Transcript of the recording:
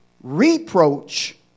reproach